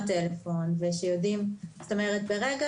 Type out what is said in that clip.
הטלפון של התושב.